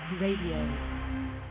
Radio